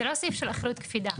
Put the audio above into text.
זה לא סעיף של אחריות קפידה.